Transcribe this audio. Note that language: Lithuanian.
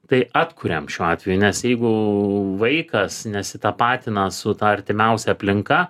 tai atkuriam šiuo atveju nes jeigu vaikas nesitapatina su ta artimiausia aplinka